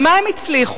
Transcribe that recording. במה הם הצליחו?